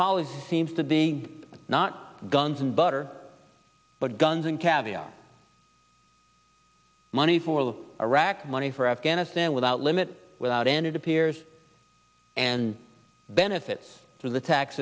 policies to be not guns and butter but guns and caviar money for iraq money for afghanistan without limit without and it appears and benefits to the tax